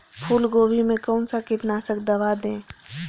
फूलगोभी में कौन सा कीटनाशक दवा दे?